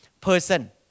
person